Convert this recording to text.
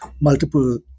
multiple